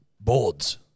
Boards